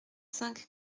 cinq